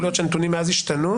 יכול להיות שהנתונים מאז השתנו,